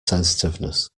sensitiveness